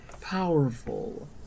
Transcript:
powerful